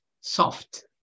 soft